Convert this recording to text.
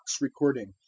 recording